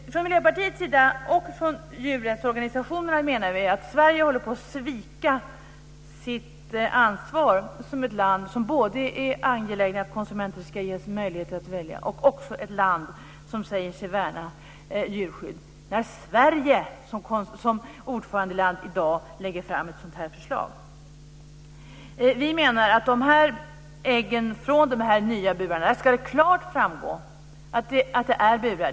Vi från Miljöpartiets sida och djurrättsorganisationerna menar att Sverige, som ett land som är angeläget om att konsumenter ska ges möjlighet att välja och som också säger sig värna djurskydd, håller på att svika sitt ansvar när man som ordförandeland i dag lägger fram ett sådant här förslag. Vi menar att det när det gäller äggen från de nya burarna klart ska framgå att det är burar.